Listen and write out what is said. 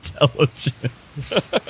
intelligence